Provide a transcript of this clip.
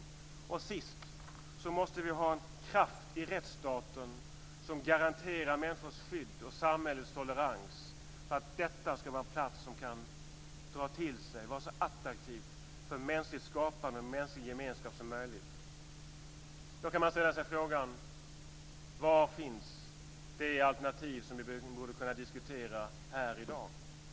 Det femte och sista är att vi måste ha en kraft i rättsstaten som garanterar människors skydd och samhällets tolerans för att detta ska vara en plats som kan dra till sig och vara så attraktiv för mänskligt skapande och mänsklig gemenskap som möjligt. Då kan man ställa sig frågan: Var finns det alternativ som vi borde kunna diskutera här i dag?